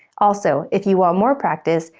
also, if you want more practice,